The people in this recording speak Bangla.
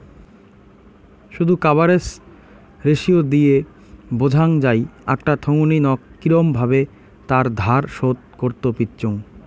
শুধ কাভারেজ রেসিও দিয়ে বোঝাং যাই আকটা থোঙনি নক কিরম ভাবে তার ধার শোধ করত পিচ্চুঙ